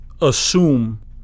assume